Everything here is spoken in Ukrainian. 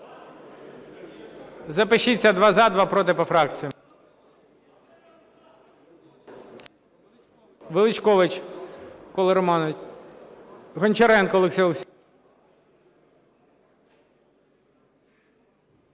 Запишіться: два – за, два – проти, по фракціям. Величкович Микола Романович. Гончаренко Олексій Олексійович.